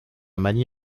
magny